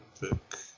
book